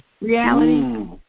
reality